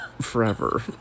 Forever